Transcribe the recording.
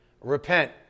Repent